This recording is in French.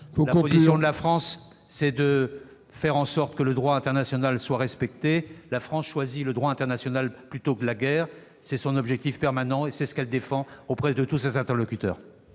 la position de la France, c'est de faire en sorte que le droit international soit respecté. La France choisit le droit international plutôt que la guerre. C'est son objectif permanent, et elle le défend auprès de tous ses interlocuteurs.